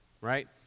right